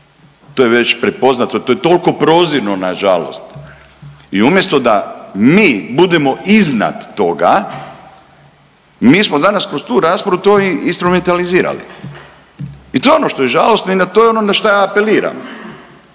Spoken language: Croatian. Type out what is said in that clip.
To je već prepoznato. To je toliko prozirno nažalost i umjesto da mi budemo iznad toga, mi smo danas kroz tu raspravu to i instrumentalizirali. I to je ono što je žalosno i to je ono na šta ja apeliram